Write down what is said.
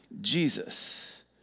Jesus